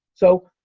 so,